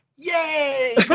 Yay